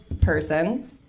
person